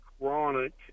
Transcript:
chronic